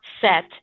set